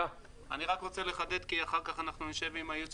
אני רק רוצה לחדד כי אחר כך אנחנו נשב עם הייעוץ